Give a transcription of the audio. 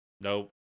nope